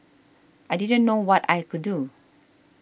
I didn't know what I could do